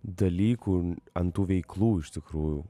dalykų ant tų veiklų iš tikrųjų